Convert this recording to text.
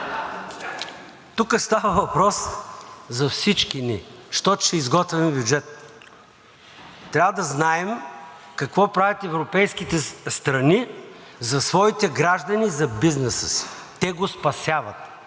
Тук става въпрос за всички ни, защото ще изготвяме бюджет. Трябва да знаем какво правят европейските страни за своите граждани и за бизнеса си – те го спасяват